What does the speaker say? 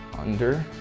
under.